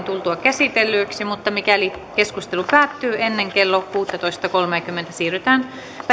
tultua käsitellyiksi mutta mikäli keskustelu päättyy ennen kello kuusitoista kolmekymmentä siirrytään